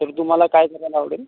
तर तुम्हाला काय शिकायला आवडेल